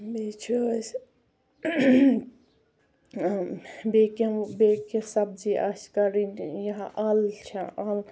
بیٚیہِ چھِ أسۍ بیٚیہِ کیٚنٛہہ بیٚیہِ کیٚنٛہہ سبزی آسہِ کَڑٕنۍ یا اَل چھےٚ اَل